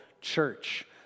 church